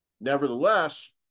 Nevertheless